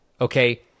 okay